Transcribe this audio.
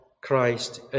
Christ